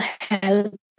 help